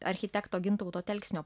architekto gintauto telksnio